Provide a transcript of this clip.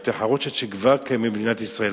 בתי-חרושת שכבר קיימים במדינת ישראל,